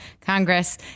Congress